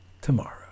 tomorrow